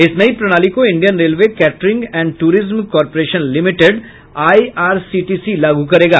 इस नई प्रणाली को Indian railway catering and tourism corporation limited IRCTC लागू करेगा